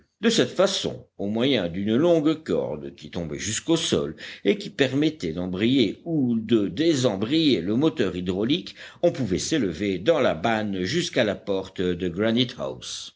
de cette façon au moyen d'une longue corde qui tombait jusqu'au sol et qui permettait d'embrayer ou de désembrayer le moteur hydraulique on pouvait s'élever dans la banne jusqu'à la porte de